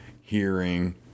hearing